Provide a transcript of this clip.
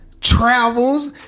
Travels